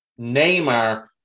Neymar